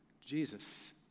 Jesus